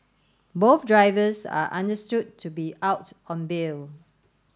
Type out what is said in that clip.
both drivers are understood to be out on bail